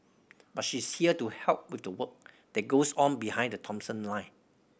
but she's here to help with the work that goes on behind the Thomson line